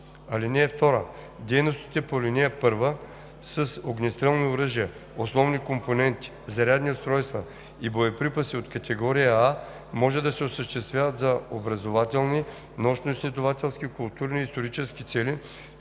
оръжие. (2) Дейностите по ал. 1 с огнестрелни оръжия, основни компоненти, зарядни устройства и боеприпаси от категория А може да се осъществяват за образователни, научно-изследователски, културни и исторически цели